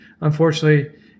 unfortunately